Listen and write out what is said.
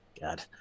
God